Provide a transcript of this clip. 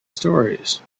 stories